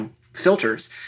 filters